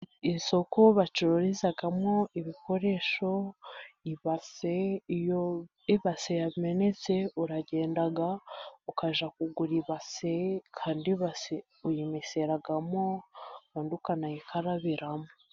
Isoko bacururizamo ibikoresho. Ibase, iyo ibase yamenetse uragenda ukajya kugura ibase, kandi ibase uyimeseramo, ukanayikarabiramo.